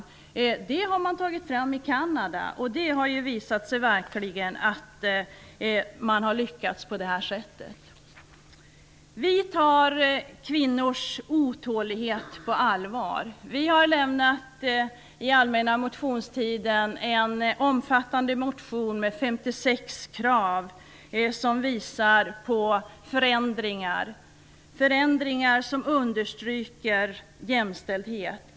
Ett sådant har man tagit fram i Canada, och på det sättet har man där verkligen lyckats. Vi tar kvinnors otålighet på allvar. Vi har under allmänna motionstiden lämnat in en omfattande motion med 56 krav som syftar till förändringar i riktning mot jämställdhet.